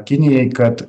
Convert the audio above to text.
kinijai kad